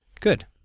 Good